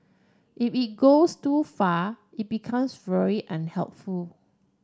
if it goes too far it becomes unhelpful